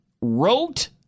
wrote